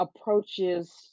approaches